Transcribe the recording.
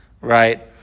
right